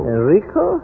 Enrico